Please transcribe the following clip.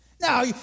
Now